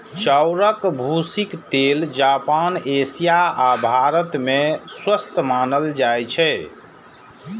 चाउरक भूसीक तेल जापान, एशिया आ भारत मे स्वस्थ मानल जाइ छै